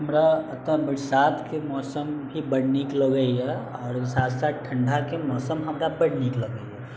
हमरा एतय बरसातके मौसम भी बड़ नीक लगैए आओर साथ साथ ठण्डाके मौसम हमरा बड़ नीक लगैए